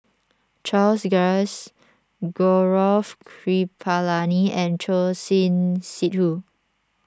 Charles Dyce Gaurav Kripalani and Choor Singh Sidhu